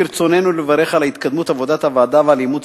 ברצוננו לברך על התקדמות עבודת הוועדה ועל אימוץ